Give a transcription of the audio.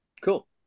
Cool